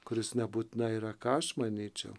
kuris nebūtinai yra ką aš manyčiau